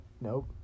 Nope